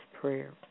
prayer